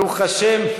ברוך השם,